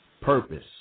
purpose